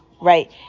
right